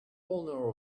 owner